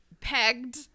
pegged